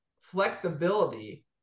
flexibility